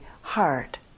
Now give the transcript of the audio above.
heart